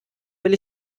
will